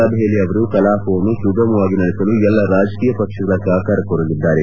ಸಭೆಯಲ್ಲಿ ಅವರು ಕಲಾಪವನ್ನು ಸುಗಮವಾಗಿ ನಡೆಸಲು ಎಲ್ಲಾ ರಾಜಕೀಯ ಪಕ್ಷಗಳ ಸಹಕಾರ ಕೋರಲಿದ್ದಾರೆ